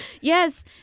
yes